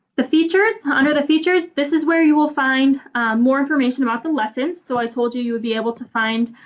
the features. under the features, this is where you will find more information about the lessons. so i told you, you would be able to find